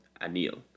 Anil